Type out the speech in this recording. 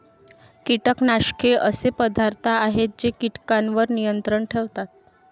कीटकनाशके असे पदार्थ आहेत जे कीटकांवर नियंत्रण ठेवतात